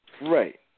Right